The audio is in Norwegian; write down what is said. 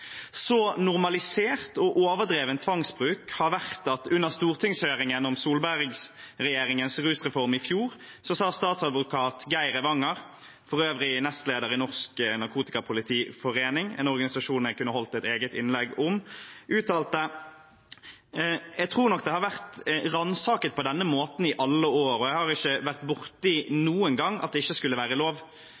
Så normalisert og overdreven har tvangsbruken vært at under stortingshøringen om Solberg-regjeringens rusreform i fjor sa statsadvokat Geir Evanger – for øvrig nestleder i Norsk Narkotikapolitiforening, en organisasjon jeg kunne holdt et eget innlegg om – følgende: «Jeg tror nok det har vært ransaket på denne måten i Norge i alle år, og jeg har ikke vært borti noen gang at det ikke skulle være lov.»